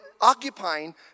occupying